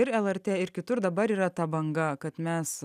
ir lrt ir kitur dabar yra ta banga kad mes